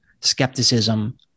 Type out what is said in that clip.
skepticism